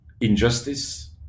injustice